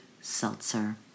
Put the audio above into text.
Seltzer